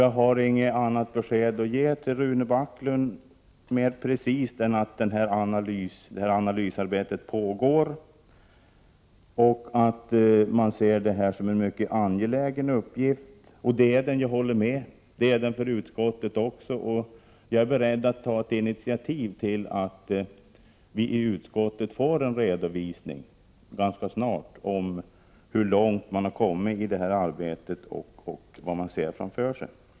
Jag har inget annat besked att ge Rune Backlund än att detta analysarbete pågår och att man ser denna analys som en mycket angelägen uppgift. Det är den, det håller jag med honom om, och det är den för utskottet också. Jag är beredd att ta ett initiativ till att vi i utskottet får en redovisning ganska snart om hur långt detta arbete har framskridit och vad man ser framför sig.